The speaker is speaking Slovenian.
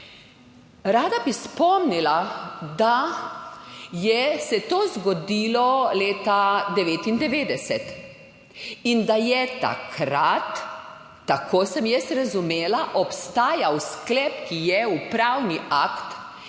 Rada bi spomnila, da je se to zgodilo leta 1999 in da je takrat, tako sem jaz razumela, obstajal sklep, ki je upravni akt,